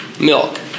milk